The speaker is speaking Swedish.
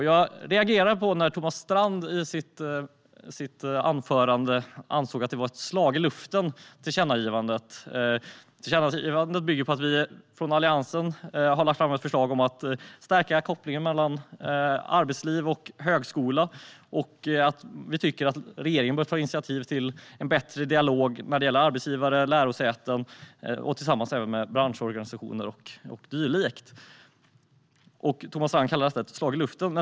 Jag reagerade när Thomas Strand i sitt anförande ansåg att tillkännagivandet var ett slag i luften. Tillkännagivandet bygger på att vi från Alliansen har lagt fram ett förslag om att stärka kopplingen mellan arbetsliv och högskola. Vi tycker att regeringen bör ta initiativ till en bättre dialog mellan arbetsgivare och lärosäten tillsammans med branschorganisationer och dylikt. Thomas Strand kallar detta ett slag i luften.